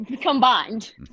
combined